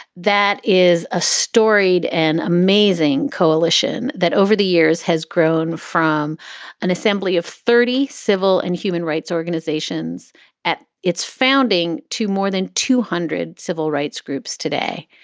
that is a storied and amazing coalition that over the years has grown from an assembly of thirty civil and human rights organizations at its founding to more than two hundred civil rights groups today.